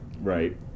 Right